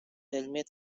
علمی